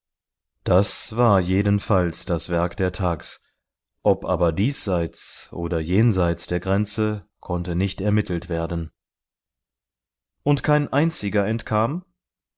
das war jedenfalls das werk der thags ob aber diesseits oder jenseits der grenze konnte nicht ermittelt werden und kein einziger entkam